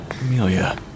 Amelia